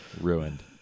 Ruined